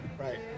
Right